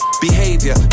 behavior